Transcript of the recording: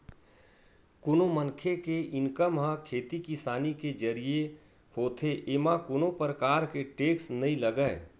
कोनो मनखे के इनकम ह खेती किसानी के जरिए होथे एमा कोनो परकार के टेक्स नइ लगय